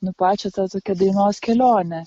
nu pačią tą tokią dainos kelionę